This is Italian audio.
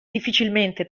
difficilmente